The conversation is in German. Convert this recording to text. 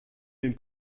den